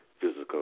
physical